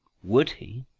would he?